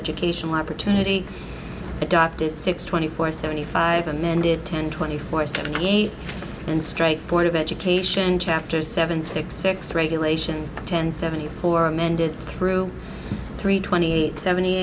educational opportunity adopted six twenty four seventy five amended ten twenty four seventy eight and straight board of education chapter seven six six regulations ten seventy four amended through three twenty eight seventy